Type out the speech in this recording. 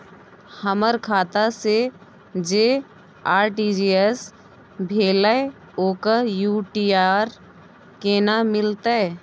हमर खाता से जे आर.टी.जी एस भेलै ओकर यू.टी.आर केना मिलतै?